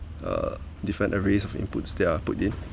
uh different arrays of inputs they put in